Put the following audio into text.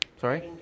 Sorry